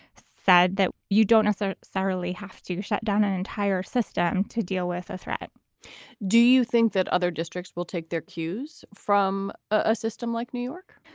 said that you don't necessarily have to to shut down an entire system to deal with a threat do you think that other districts will take their cues from a system like new york?